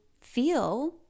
feel